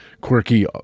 quirky